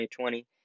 2020